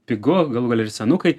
pigu galų gale ir senukai